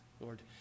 Lord